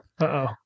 Uh-oh